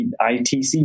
ITC